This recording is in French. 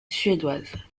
suédoise